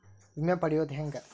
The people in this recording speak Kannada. ವಿಮೆ ಪಡಿಯೋದ ಹೆಂಗ್?